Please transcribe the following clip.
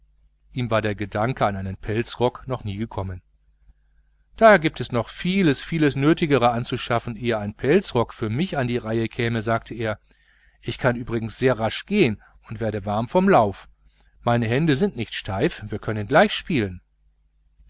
ihm war der gedanke an einen pelzrock noch nie gekommen da gibt es noch vieles vieles nötigere anzuschaffen ehe ein pelzrock für mich an die reihe käme sagte er ich kann übrigens sehr rasch gehen und werde warm vom lauf meine hände sind nicht steif wir können gleich spielen